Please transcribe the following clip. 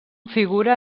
figura